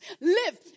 Live